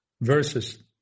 Verses